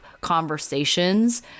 conversations